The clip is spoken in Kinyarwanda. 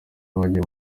bagiye